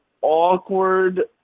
awkward